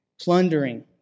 Plundering